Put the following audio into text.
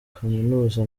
kaminuza